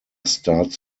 starts